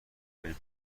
های